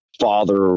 father